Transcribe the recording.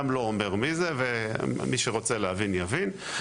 לא אומר מי זה ומי שרוצה להבין יבין.